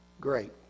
Great